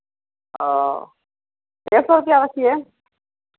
हाँ डेढ़ सौ रुपैया वैसे ही है